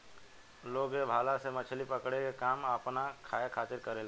लोग ए भाला से मछली पकड़े के काम आपना खाए खातिर करेलेन